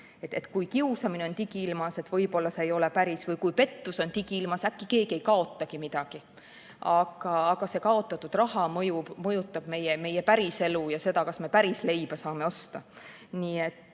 Kui kiusamine on digiilmas, siis võib-olla see ei olegi päris, või kui pettus on digiilmas, äkki keegi ei kaotagi midagi. Aga see kaotatud raha mõjutab meie päriselu ja seda, kas me pärisleiba saame osta.